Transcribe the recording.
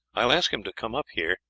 i will ask him to come up here.